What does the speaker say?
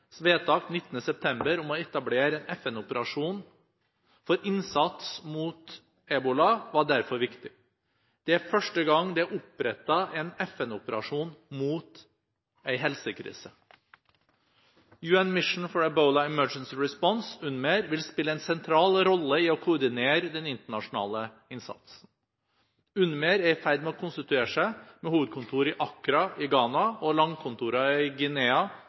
vedtak den 19. september om å etablere en FN-operasjon for innsats mot ebola var derfor viktig. Det er første gang det er opprettet en FN-operasjon mot en helsekrise. UN Mission for Ebola Emergency Response, UNMEER, vil spille en sentral rolle i å koordinere den internasjonale innsatsen. UNMEER er i ferd med å konstituere seg, med hovedkontor i Accra i Ghana og landkontorer i